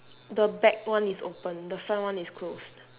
the back one is open the front one is closed